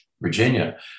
Virginia